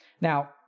Now